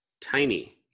Tiny